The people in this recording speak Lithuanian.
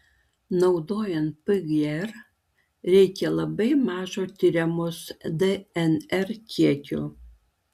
naudojant pgr reikia labai mažo tiriamos dnr kiekio